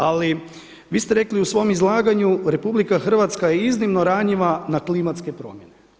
Ali vi ste rekli u svom izlaganju, RH je iznimno ranjiva na klimatske promjene.